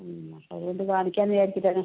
അതുകൊണ്ട് കാണിക്കാന്ന് വിചാരിച്ചിട്ടാണ്